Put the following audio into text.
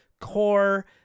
core